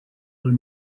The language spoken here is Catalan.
les